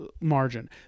margin